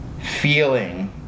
feeling